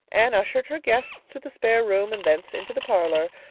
anne ushered her guests to the spare room and thence into the parlor,